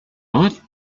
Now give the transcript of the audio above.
night